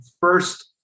first